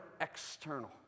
external